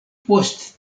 post